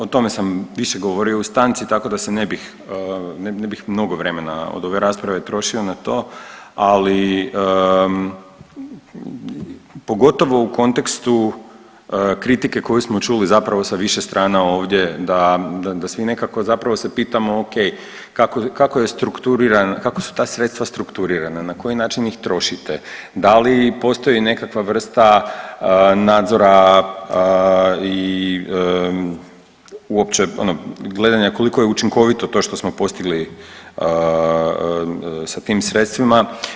O tome sam više govorio u stanici tako da se ne bih, ne bih mnogo vremena od ove rasprave trošio na to, ali pogotovo u kontekstu kritike koju smo čuli zapravo sa više strana ovdje da, da svi nekako zapravo se pitamo ok kako je strukturiran, kako su ta sredstva strukturirana, na koji način ih trošite, da li postoji nekakva vrsta nadzora i uopće ono gledanja koliko je učinkovito to što smo postigli sa tim sredstvima.